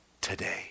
today